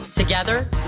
Together